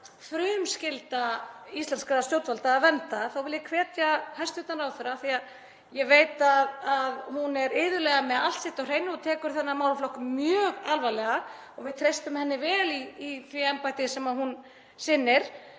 auðvitað frumskylda íslenskra stjórnvalda að vernda, þá vil ég hvetja hæstv. ráðherra, af því að ég veit að hún er iðulega með allt sitt á hreinu og tekur þennan málaflokk mjög alvarlega og við treystum henni vel í því embætti sem hún sinnir,